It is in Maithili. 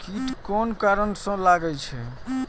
कीट कोन कारण से लागे छै?